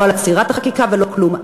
לא על עצירת החקיקה ולא כלום,